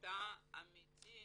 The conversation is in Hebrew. קליטה אמיתי,